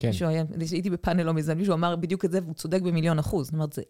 שהייתי בפאנל לא מזמן מישהו אמר בדיוק את זה והוא צודק במיליון אחוז.